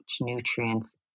nutrients